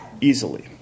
easily